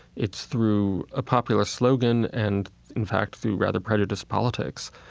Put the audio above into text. it's through a popular slogan, and in fact through rather prejudiced politics,